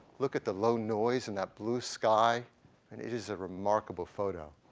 look at the low noise in that blue sky and it is a remarkable photo.